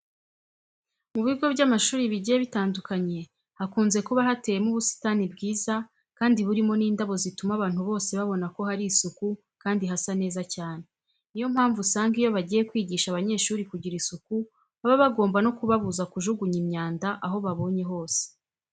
Mu bigo by'amashuri bigiye bitandukanye hakunze kuba hateyemo ubusitani bwiza kandi burimo n'indabo zituma abantu bose babona ko hari isuku kandi hasa neza cyane. Niyo mpamvu usanga iyo bagiye kwigisha abanyeshuri kugira isuku baba bagomba no kubabuza kujugunya imyanda aho babonye hose.